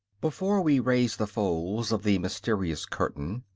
before we raise the folds of the mysterious curtain,